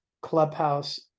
Clubhouse